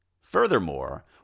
Furthermore